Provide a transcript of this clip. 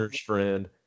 friend